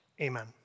Amen